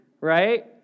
right